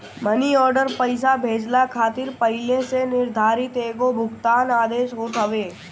मनी order पईसा भेजला खातिर पहिले से निर्धारित एगो भुगतान आदेश होत हवे